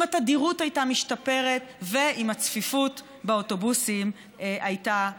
אם התדירות הייתה משתפרת ואם הצפיפות באוטובוסים הייתה יורדת.